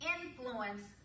influence